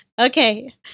Okay